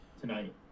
tonight